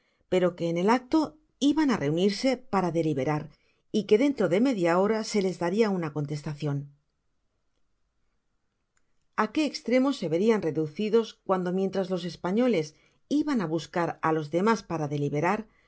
pero que en el acto iban á reunirse para deliberar y que dentro de media hora se les daria una contestacion a qué estremo se verian reducidos cuándo mientras los españoles iban á buscar á los demas para deliberar